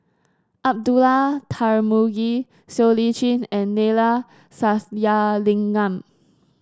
Abdullah Tarmugi Siow Lee Chin and Neila Sathyalingam